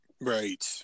Right